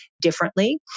differently